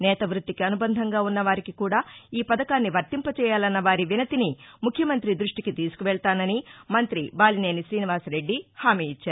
నేత వృత్తికి అనుబంధంగా ఉన్న వారికి కూడా ఈ పథకాన్ని వర్తింప చేయాలన్న వారి వినతిని ముఖ్యమంతి దృష్టికి తీసుకువెళ్తానని మంతి బాలినేని తీనివాసరెద్ది హామీ ఇచ్చారు